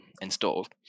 installed